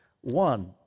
One